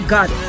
God